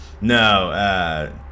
No